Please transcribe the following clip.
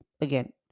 again